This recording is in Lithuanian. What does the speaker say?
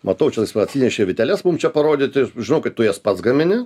matau čia jis va atsinešė vyteles mum čia parodyti žinau kad tu jas pats gamini